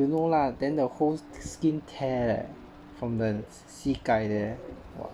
you know lah then the whole skin tear leh from the 膝盖 there !wah!